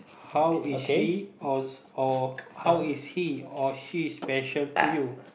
how is she or or how is he or she special to you